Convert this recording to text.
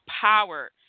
power